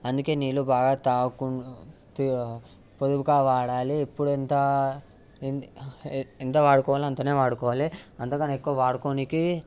అందుకే నీళ్ళు బాగా తాగుతు పొదుపుగా వాడాలి ఎప్పుడు ఎంత ఎంత వాడుకోవాలో అంత వాడుకోవాలి అంతకన్నా ఎక్కువ వాడుకోడానికి